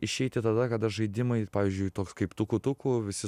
išeiti tada kada žaidimai pavyzdžiui toks kaip tuku tuku visi